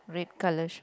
red colour short